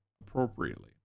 appropriately